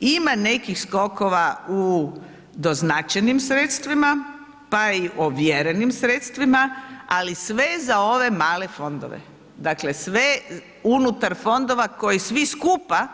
Ima nekih skokova u doznačenim sredstvima, pa i ovjerenim sredstvima, ali sve za ove male fondove, dakle sve unutar fondova koji svi skupa